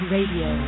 Radio